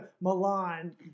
Milan